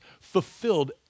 fulfilled